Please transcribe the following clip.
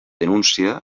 denúncia